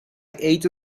ate